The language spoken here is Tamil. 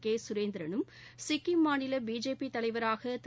கே சுரேந்திரனும் சிக்கிம் மாநில பிஜேபி தலைவராக திரு